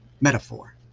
metaphor